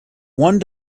one